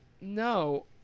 no